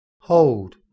Hold